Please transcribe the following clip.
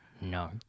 no